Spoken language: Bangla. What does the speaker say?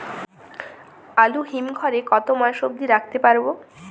আলু হিম ঘরে কতো মাস অব্দি রাখতে পারবো?